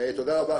תודה רבה.